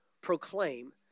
proclaim